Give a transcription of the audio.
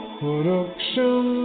Production